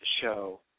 show